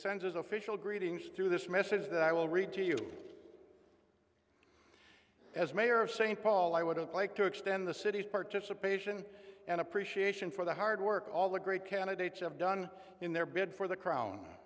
his official greetings through this message that i will read to you as mayor of st paul i wouldn't like to extend the city's participation and appreciation for the hard work all the great candidates have done in their bid for the crown